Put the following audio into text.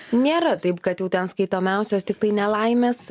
nėra taip kad jau ten skaitomiausios tiktai nelaimės